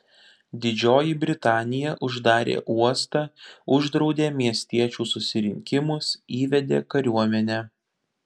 didžioji britanija uždarė uostą uždraudė miestiečių susirinkimus įvedė kariuomenę